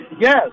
Yes